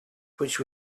which